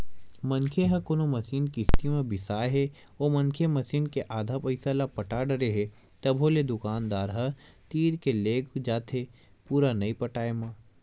मनखे ह कोनो मसीन किस्ती म बिसाय हे ओ मनखे मसीन के आधा पइसा ल पटा डरे हे तभो ले दुकानदार ह तीर के लेग जाथे पुरा नइ पटाय म